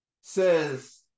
says